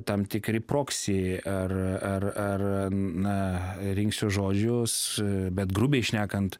tam tikri proksi ar ar ar n na rinksiuos žodžius bet grubiai šnekant